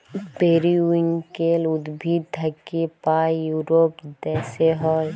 periwinkle উদ্ভিদ থাক্যে পায় ইউরোপ দ্যাশে হ্যয়